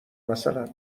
مثلا